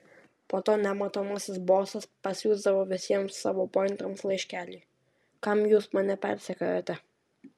po to nematomasis bosas pasiųsdavo visiems savo pointams laiškelį kam jūs mane persekiojate